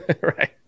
Right